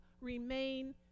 remain